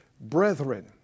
brethren